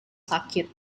sakit